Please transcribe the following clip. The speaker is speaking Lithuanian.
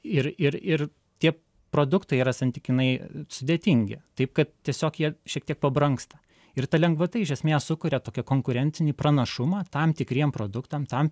ir ir ir tie produktai yra santykinai sudėtingi taip kad tiesiog jie šiek tiek pabrangsta ir ta lengvata iš esmės sukuria tokią konkurencinį pranašumą tam tikriem produktam tam